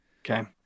okay